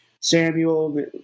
Samuel